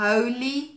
Holy